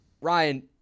Ryan